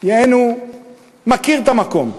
יענו מכיר את המקום.